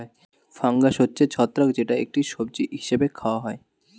fungus হচ্ছে ছত্রাক যেটা একটি সবজি হিসেবে খাওয়া হয়